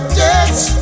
dance